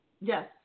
Yes